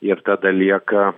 ir tada lieka